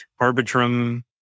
Arbitrum